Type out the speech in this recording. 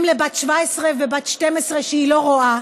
אם לבת 17 ובת 12, שהיא לא רואה,